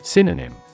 Synonym